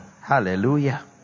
Hallelujah